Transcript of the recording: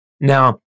Now